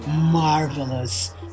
marvelous